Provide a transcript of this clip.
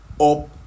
up